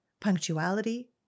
Punctuality